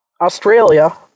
Australia